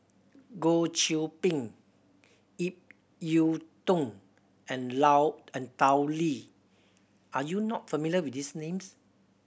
Goh Qiu Bin Ip Yiu Tung and Lao and Tao Li are you not familiar with these names